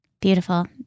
Beautiful